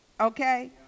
Okay